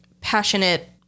passionate